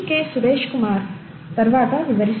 సురైష్కుమార్ తర్వాత వివరిస్తారు